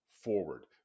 forward